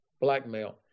blackmail